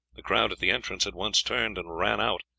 the crowd at the entrance at once turned and ran out,